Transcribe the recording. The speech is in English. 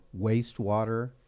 wastewater